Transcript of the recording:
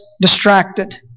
distracted